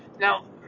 Now